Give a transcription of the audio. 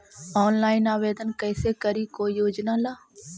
Online आवेदन कैसे करी कोई योजना ला?